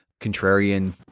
contrarian